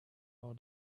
how